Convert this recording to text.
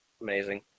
Amazing